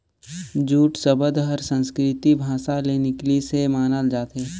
jute सबद हर संस्कृति भासा ले निकलिसे मानल जाथे